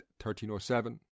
1307